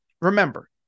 remember